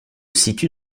situe